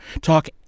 talk